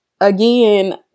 again